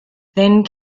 then